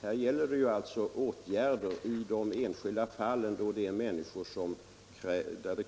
Vad det gäller i detta sammanhang är åtgärder i de enskilda fallen i form av